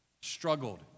struggled